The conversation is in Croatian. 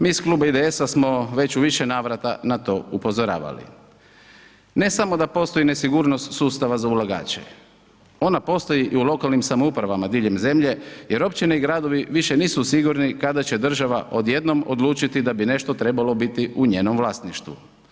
Mi iz Kluba IDS-a smo već u više navrata na to upozoravali, ne samo da postoji nesigurnost sustava za ulagače, ona postoji i u lokalnim samoupravama diljem zemlje jer općine i gradovi više nisu sigurni kada će država odjednom odlučiti da bi nešto trebalo biti u njenom vlasništvu.